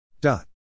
dot